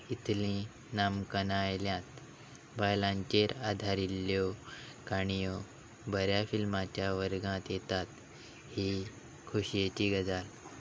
इतली नामांकनां आयल्यात बायलांचेर आदारिल्ल्यो काणयो बऱ्या फिल्माच्या वर्गांत येतात ही खोशयेची गजाल